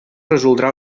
resoldrà